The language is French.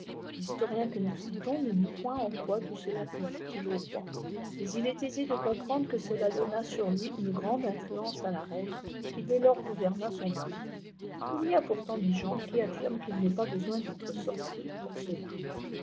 l'historien que nous citons ne dit point en quoi tout cela fut utile au roi mais il est aisé de comprendre que cela donna sur lui une grande influence à la reine qui dès lors gouverna son mari il y a pourtant des gens qui affirment qu'il n'est pas besoin d'être sorcier pour ceka